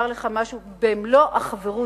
ולומר לך משהו במלוא החברות,